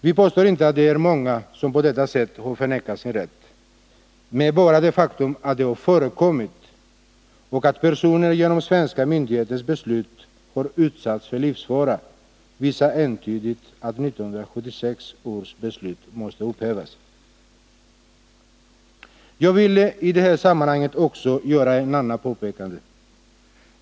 Vi påstår inte att det är många som på detta sätt har förvägrats sin rätt, men bara det faktum att det har förekommit och att personer genom svenska myndigheters beslut har utsatts för livsfara, visar entydigt att 1976 års beslut måste upphävas. Jag vill i det här sammanhanget också göra ett annat påpekande.